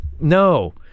no